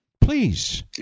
Please